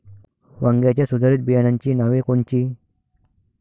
वांग्याच्या सुधारित बियाणांची नावे कोनची?